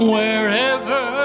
Wherever